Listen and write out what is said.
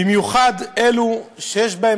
במיוחד מה שיש בו,